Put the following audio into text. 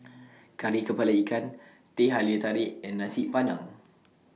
Kari Kepala Ikan Teh Halia Tarik and Nasi Padang